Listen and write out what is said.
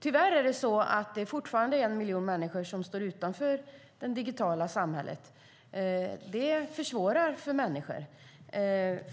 Tyvärr står fortfarande en miljon människor utanför det digitala samhället. Det försvårar för människor.